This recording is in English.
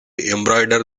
embroider